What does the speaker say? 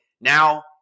now